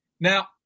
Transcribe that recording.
Now